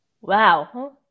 Wow